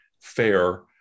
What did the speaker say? fair